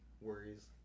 worries